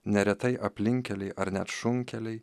neretai aplinkkeliai ar net šunkeliai